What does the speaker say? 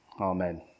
Amen